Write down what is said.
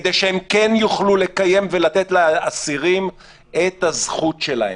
כדי שהם כן יוכלו לקיים ולתת לאסירם את זכותם.